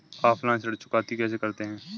Offline ऋण चुकौती कैसे करते हैं?